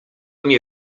mnie